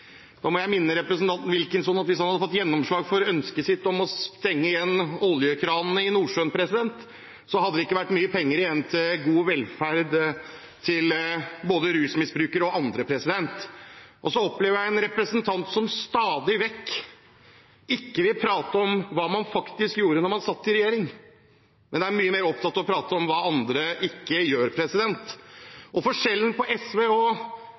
Da må jeg minne representanten Wilkinson om at hvis han hadde fått gjennomslag for ønsket sitt om å stenge igjen oljekranene i Nordsjøen, hadde det ikke vært mye penger igjen til god velferd til verken rusmisbrukere eller andre. Jeg opplever en representant som stadig vekk ikke vil prate om hva man faktisk gjorde da man satt i regjering, men er mye mer opptatt av å prate om hva andre ikke gjør. Forskjellen på SV og